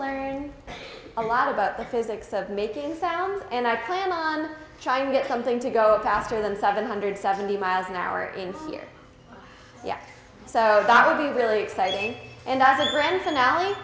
learn a lot about the physics of making sound and i plan on trying to get something to go faster than seven hundred seventy miles an hour in here yet so that would be really exciting and as a grand finale